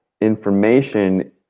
information